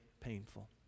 painful